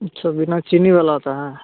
अच्छा बिना चीनी वाला होता है